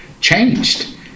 changed